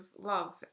love